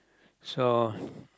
so